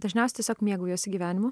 dažniausiai tiesiog mėgaujuosi gyvenimu